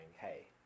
hey